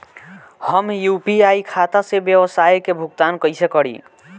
हम यू.पी.आई खाता से व्यावसाय के भुगतान कइसे करि?